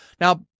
now